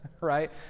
right